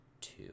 two